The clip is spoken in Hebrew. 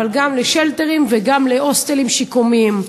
אבל גם לשֶלטרים וגם להוסטלים שיקומיים.